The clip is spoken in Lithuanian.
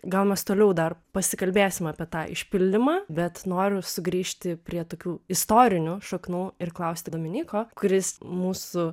gal mes toliau dar pasikalbėsim apie tą išpildymą bet noriu sugrįžti prie tokių istorinių šaknų ir klausti dominyko kuris mūsų